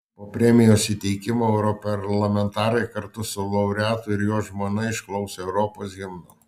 po premijos įteikimo europarlamentarai kartu su laureatu ir jo žmona išklausė europos himno